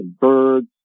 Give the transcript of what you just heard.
birds